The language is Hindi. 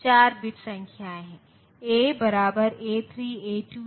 वीडीडी और वीएसएस वास्तव में वोल्टेज की आपूर्ति करते हैं